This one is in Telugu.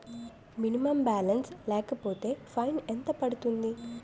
మినిమం బాలన్స్ లేకపోతే ఫైన్ ఎంత పడుతుంది?